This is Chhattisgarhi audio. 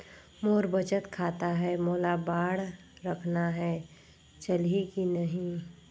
मोर बचत खाता है मोला बांड रखना है चलही की नहीं?